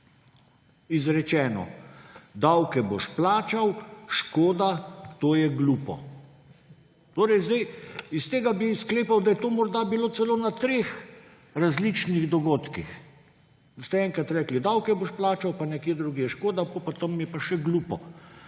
izrečeno: davke boš plačal, škoda, to je glupo. Iz tega bi sklepal, da je to morda bilo celo na treh različnih dogodkih. Ste enkrat rekli – davke boš plačal, pa nekje drugje – škoda, potem pa tam – je pa še glupo.